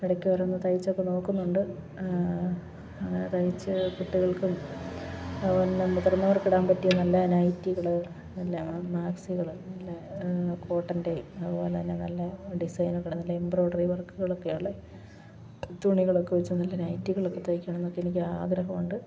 ഇടയ്ക്ക് ഓരോന്ന് തയ്ച്ചൊക്കെ നോക്കുന്നുണ്ട് തയ്ച്ചു കുട്ടികൾക്കും നല്ല മുതിർന്നവർക്ക് ഇടാൻ പറ്റിയ നല്ല നൈറ്റികൾ നല്ല മാക്സികൾ നല്ല കോട്ടൻ്റെയും അതുപോലെ തന്നെ നല്ല ഡിസൈനുകൾ നല്ല എംബ്രോയിഡറി വർക്കുകളൊക്കെയുള്ള തുണികളൊക്കെ വച്ച് നല്ല നൈറ്റികളൊക്കെ തയ്ക്കണം എന്നൊക്കെ എനിക്ക് ആഗ്രഹം ഉണ്ട്